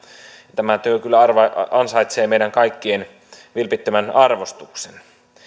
tämä työ kyllä ansaitsee meidän kaikkien vilpittömän arvostuksen